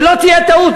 שלא תהיה טעות,